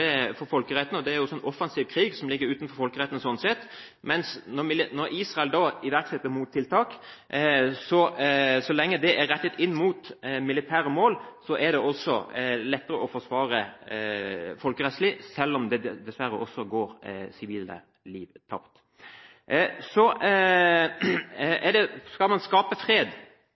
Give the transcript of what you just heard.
folkeretten. Når Israel da iverksetter mottiltak, så lenge de er rettet inn mot militære mål, er det lettere å forsvare folkerettslig, selv om det dessverre også går sivile liv tapt. Skal man skape fred, er man avhengig av at partene virkelig ønsker fred.